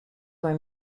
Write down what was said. were